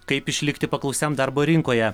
kaip išlikti paklausiam darbo rinkoje